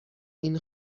این